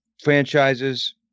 franchises